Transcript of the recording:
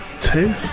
Two